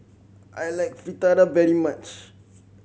I like Fritada very much